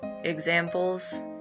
examples